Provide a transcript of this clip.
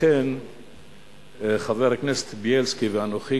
לכן חבר הכנסת בילסקי ואנוכי,